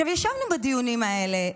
ישבנו בדיונים האלה,